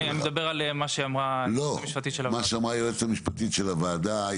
אני מדבר על מה שאמרה היועצת המשפטית של הוועדה.